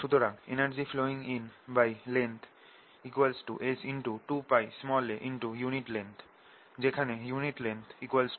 সুতরাং energy flowing inlength S2πaunit length যেখানে unit length 1